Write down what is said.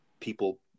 people